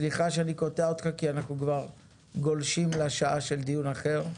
סליחה שאני קוטע אותך כי אנחנו גולשים לשעה של דיון אחר.